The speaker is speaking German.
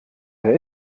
der